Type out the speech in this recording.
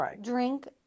drink